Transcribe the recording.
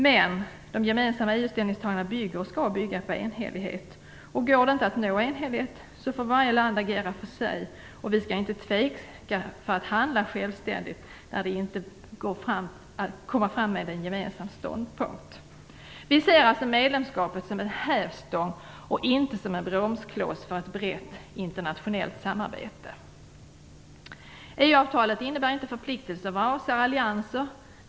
Men de gemensamma EU ställningstagandena bygger på, och skall bygga på, enhällighet. Går det inte att nå enhällighet, får varje land agera för sig. Sverige skall givetvis inte tveka när det gäller att handla självständigt, om det inte går att komma fram till en gemensam ståndpunkt. Vi ser alltså medlemskapet som en hävstång, och inte som en bromskloss, för ett brett internationellt samarbete. EU-avtalet innebär inte förpliktelser vad avser allianser.